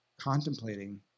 contemplating